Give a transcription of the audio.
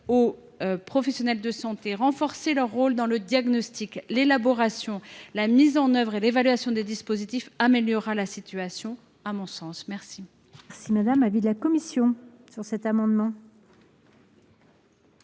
les professionnels de santé, renforcer leur rôle dans le diagnostic, l’élaboration, la mise en œuvre et l’évaluation des dispositifs améliorera la situation. Quel est l’avis